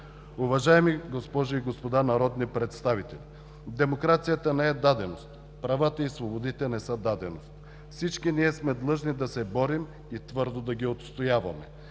Уважаеми госпожи и господа народни представители, демокрацията не е даденост, правата и свободите не са даденост. Всички ние сме длъжни да се борим и твърдо да ги отстояваме.